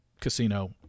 casino